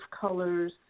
colors